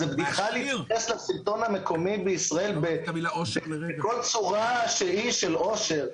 זו בדיחה להתייחס לשלטון המקומי בישראל בכל צורה שהיא של עושר.